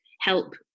help